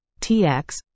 TX